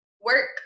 work